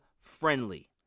friendly